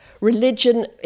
religion